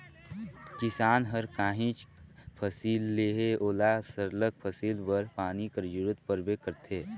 किसान हर काहींच फसिल लेहे ओला सरलग फसिल बर पानी कर जरूरत परबे करथे